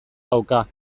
dauka